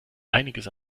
einiges